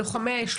לוחמי האש,